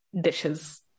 dishes